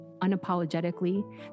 unapologetically